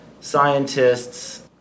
scientists